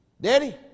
Daddy